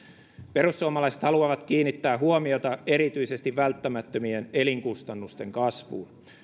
perussuomalaiset haluavat kiinnittää huomiota erityisesti välttämättömien elinkustannusten kasvuun